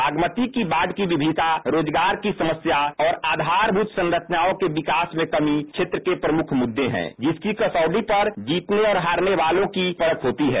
बागमती की बाढ की विमीषिका रोजगार की समस्या और आधार भूत संरचना के विकास में कमी क्षेत्र के प्रमुख मुद्दे हैं जिनकी कसौटी पर जीतने और हारने वालों की यहां परख होती है